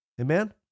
Amen